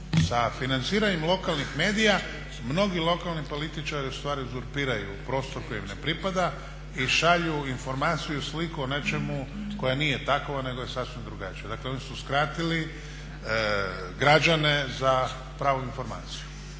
sa financiranjem lokalnih medija mnogi lokalni političari ustvari uzurpiraju prostor koji im ne pripada i šalju informaciju i sliku o nečemu koja nije takva nego je sasvim drugačija. Dakle oni su uskratili građane za pravu informaciju.